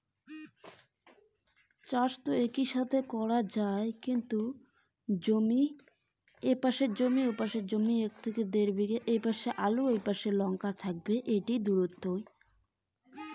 লঙ্কা চাষে একটি আলুর সঙ্গে অন্য আলুর দূরত্ব কত রাখবো?